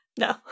No